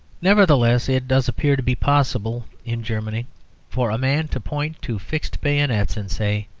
nevertheless, it does appear to be possible in germany for a man to point to fixed bayonets and say,